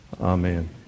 Amen